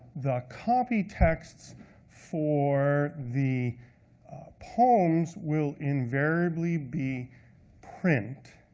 the copy texts for the poems will invariably be print,